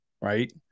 right